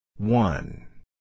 One